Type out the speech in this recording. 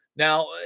Now